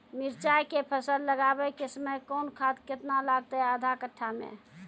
मिरचाय के फसल लगाबै के समय कौन खाद केतना लागतै आधा कट्ठा मे?